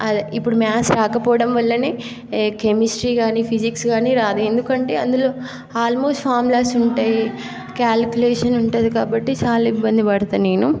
అదే ఇప్పుడు మ్యాథ్స్ రాకపోవడం వల్లనే కెమిస్ట్రీ కానీ ఫిజిక్స్ కానీ రాదు ఎందుకంటే అందులో ఆల్మోస్ట్ ఫార్ములాస్ ఉంటాయి క్యాలిక్యులేషన్ ఉంటుంది కాబట్టి చాలా ఇబ్బంది పడతాను నేను